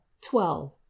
twelve